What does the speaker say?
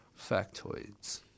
factoids